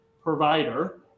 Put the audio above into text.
provider